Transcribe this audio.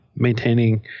maintaining